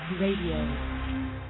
Radio